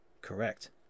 Correct